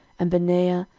and benaiah,